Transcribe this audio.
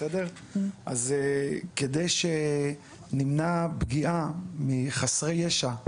כדי שנמנע פגיעה בחסרי ישע,